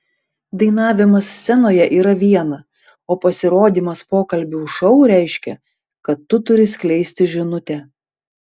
dainavimas scenoje yra viena o pasirodymas pokalbių šou reiškia kad tu turi skleisti žinutę